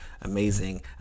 amazing